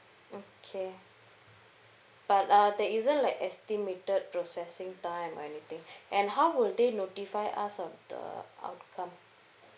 okay but uh that isn't like estimated processing time or anything and how would they notify us of the outcome